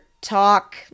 talk